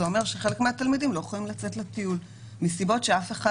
זה אומר שחלק מהתלמידים לא יכולים לצאת לטיול מסיבות שאף אחד